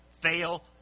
Fail